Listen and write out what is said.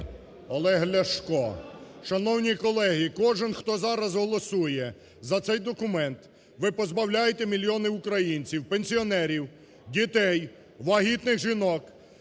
Олег Ляшко. Шановні колеги, кожен, хто зараз голосує за цей документ, ви позбавляєте мільйони українців пенсіонерів, дітей, вагітних жінок,